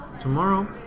tomorrow